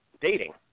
dating